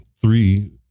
three